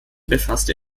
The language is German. befasste